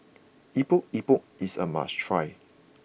Epok Epok is a must try